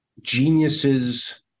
geniuses